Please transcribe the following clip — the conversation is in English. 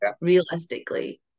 realistically